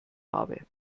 habe